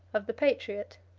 of the patriot.